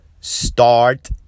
start